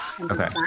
okay